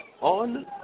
on